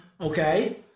Okay